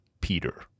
Peter